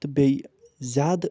تہٕ بیٚیہِ زیادٕ